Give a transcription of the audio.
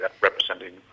representing